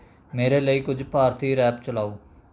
ਮੇਰੇ ਲਈ ਕੁਝ ਭਾਰਤੀ ਰੈਪ ਚਲਾਉ